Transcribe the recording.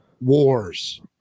wars